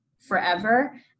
forever